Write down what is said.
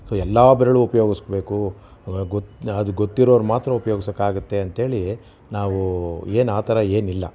so ಎಲ್ಲ ಬೆರಳು ಉಪಯೋಗಿಸ್ಬೇಕು ಗೊತ್ತು ಅದು ಗೊತ್ತಿರೋರು ಮಾತ್ರ ಉಪಯೋಗ್ಸೋಕಾಗುತ್ತೆ ಅಂಥೇಳಿ ನಾವು ಏನು ಆ ಥರ ಏನಿಲ್ಲ